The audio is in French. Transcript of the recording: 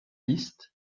liste